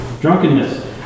Drunkenness